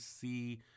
see